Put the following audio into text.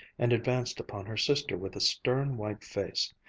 and advanced upon her sister with a stern, white face.